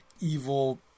evil